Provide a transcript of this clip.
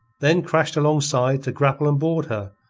then crashed alongside to grapple and board her,